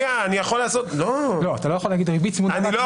אתה לא יכול להגיד "ריבית צמודה והצמדה" --- אני לא